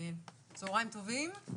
צוהריים טובים,